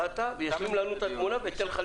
שישלים לנו את התמונה ואחר כך,